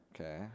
Okay